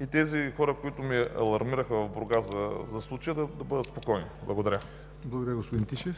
и тези хора, които ме алармираха в Бургас за случая, да бъдат спокойни. Благодаря. ПРЕДСЕДАТЕЛ